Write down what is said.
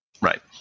Right